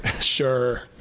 Sure